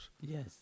Yes